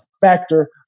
factor